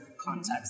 context